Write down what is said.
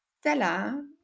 stella